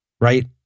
Right